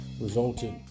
resulted